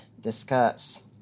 discuss